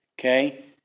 Okay